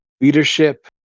leadership